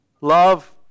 love